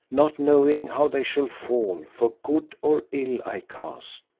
not knowing how they shall fall, for good or ill i cast,